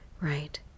Right